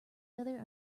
other